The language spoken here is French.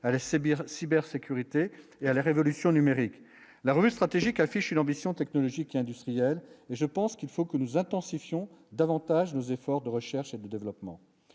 cybersécurité et à la révolution numérique, la revue stratégique affiché l'ambition T. 2 logiques industrielles et je pense qu'il faut que nous attend si Fillon davantage nos efforts de recherche et de développement,